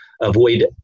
avoid